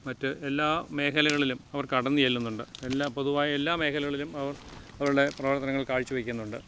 മറ്റ് എല്ലാ മേഖലകളും അവർ കടന്നു ചെല്ലുന്നുണ്ട് എല്ലാ പൊതുവായ എല്ലാ മേഖലകളിലും അവർ അവരുടെ പ്രവർത്തനങ്ങൾ കാഴ്ചവയ്ക്കുന്നുണ്ട്